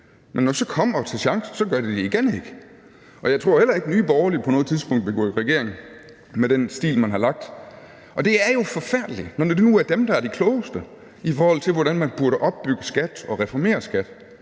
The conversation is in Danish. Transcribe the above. det så kommer til chancen, gør de det igen ikke. Jeg tror heller ikke, at Nye Borgerlige på noget tidspunkt vil gå i regering med den stil, man har lagt. Og det er jo forfærdeligt, når de nu er dem, der er de klogeste, i forhold til hvordan man burde opbygge og reformere